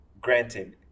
Granted